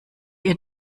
ihr